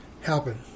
happen